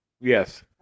Yes